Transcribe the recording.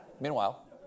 Meanwhile